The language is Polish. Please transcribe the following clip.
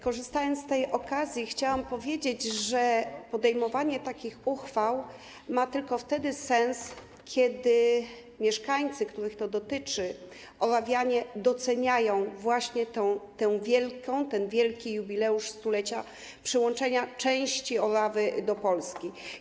Korzystając z okazji, chciałam powiedzieć, że podejmowanie takich uchwał ma sens tylko wtedy, kiedy mieszkańcy, których to dotyczy, Orawianie, doceniają właśnie ten wielki jubileusz stulecia przyłączenia części Orawy do Polski.